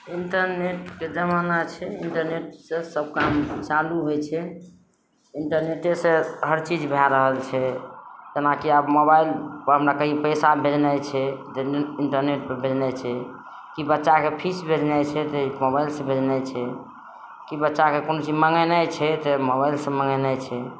इन्टरनेटके जमान छै इन्टरनेट से सब काम चालू होइ छै इन्टरनेटे से हर चीज भए रहल छै जेनाकि आब मोबाइल पर हमरा कहीँ पैसा भेजनाइ छै तऽ नेट कि ई बच्चा कऽ फीस भेजनाइ छै तऽ ई मोबाइल सँ भेजनाइ छै कि बच्चा कऽ कोनो चीज मङ्गेनाइ छै तऽ मोबाइलसँ मङ्गेनाइ छै